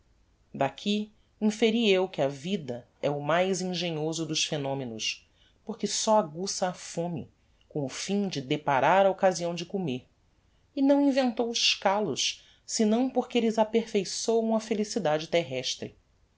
daqui inferi eu que a vida é o mais engenhoso dos phenomenos porque só aguça a fome com o fim de deparar a occasião de comer e não inventou os callos senão porque elles aperfeiçoam a felicidade terrestre